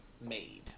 made